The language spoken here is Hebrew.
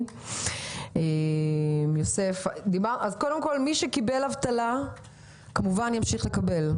מי שקיבל אבטלה כמובן ימשיך לקבל,